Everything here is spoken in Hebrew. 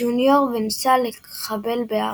ג'וניור, וניסה לחבל בהארי.